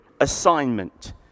assignment